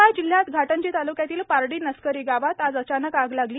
यवतमाळ जिल्ह्यात घाटंजी तालुक्यातील पार्डी नस्करी गावात आज अचानक आग लागली